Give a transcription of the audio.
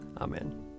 Amen